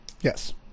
Yes